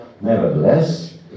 Nevertheless